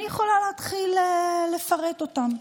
אני יכולה להתחיל לפרט אותם.